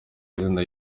izina